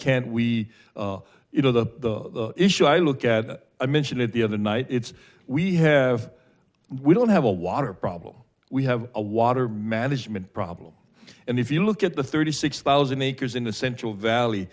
can't we you know the issue i look at i mentioned it the other night it's we have we don't have a water problem we have a water management problem and if you look at the thirty six thousand acres in the central valley